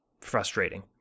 frustrating